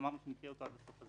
שאמרנו שנקרא אותו בסוף.